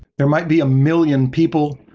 there might be a million people,